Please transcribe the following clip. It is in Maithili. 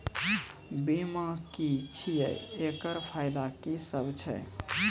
बीमा की छियै? एकरऽ फायदा की सब छै?